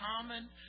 common